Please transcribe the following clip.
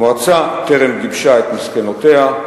המועצה טרם גיבשה את מסקנותיה,